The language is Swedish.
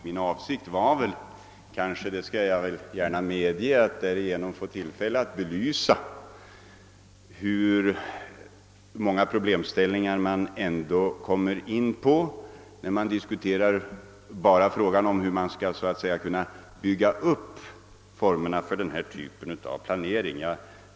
Min avsikt var, det skall jag gärna medge, att därigenom få tillfälle att belysa hur många problem man får ta ställning till redan när man diskuterar hur man skall kunna bygga upp formerna för denna typ av planering.